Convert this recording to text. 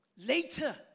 Later